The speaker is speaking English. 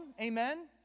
amen